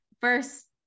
First